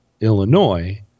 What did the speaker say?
Illinois